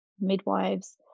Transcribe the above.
midwives